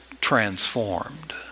transformed